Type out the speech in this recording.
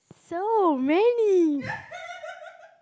so many